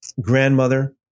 grandmother